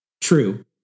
True